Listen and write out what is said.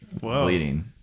bleeding